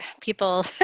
people